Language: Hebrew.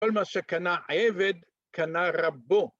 כל מה שקנה עבד קנה רבו